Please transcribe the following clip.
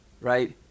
right